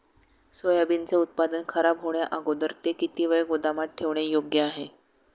सोयाबीनचे उत्पादन खराब होण्याअगोदर ते किती वेळ गोदामात ठेवणे योग्य आहे?